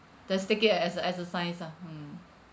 just take it as as a exercise lah mm